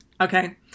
Okay